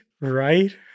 right